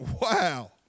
wow